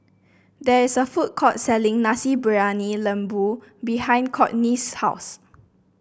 there is a food court selling Nasi Briyani Lembu behind Cortney's house